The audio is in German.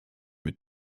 mit